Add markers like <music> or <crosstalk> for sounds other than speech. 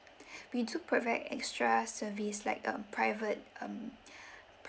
<breath> we do provide extra service like um private um <breath>